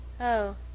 Oh